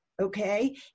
Okay